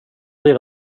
blir